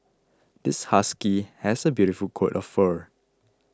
this husky has a beautiful coat of fur